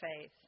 faith